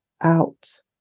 out